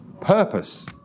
Purpose